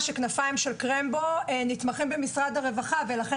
כנפיים של קרמבו נתמכים במשרד הרווחה ולכן